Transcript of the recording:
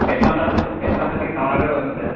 head massage head మసాజ్కి seven hundred అవుతుంది sir